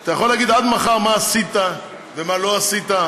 אתה יכול להגיד עד מחר מה עשית ומה לא עשית,